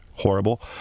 Horrible